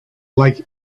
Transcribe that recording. like